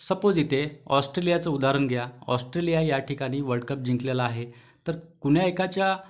suppose इथे ऑस्ट्रेलियाचं उदाहरण घ्या ऑस्ट्रेलिया या ठिकाणी वर्ल्डकप जिंकलेला आहे तर कुण्या एकाच्या